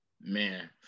Man